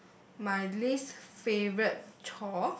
my least favorite chore